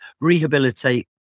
rehabilitate